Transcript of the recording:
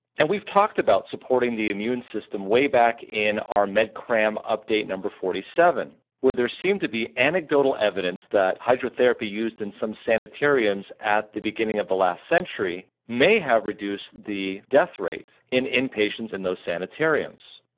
and we've talked about supporting the immune system way back in our medcram update number forty seven, where there seemed to be anecdotal evidence that hydrotherapy used in some sanitariums at the beginning of the last century may have reduced the death rate in in patients in those sanitariums.